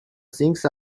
things